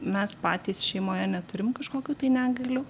mes patys šeimoje neturim kažkokių tai negalių